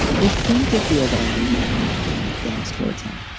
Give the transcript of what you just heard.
they seem to feel that i may be unreasonable in my feelings towards him,